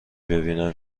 ببینم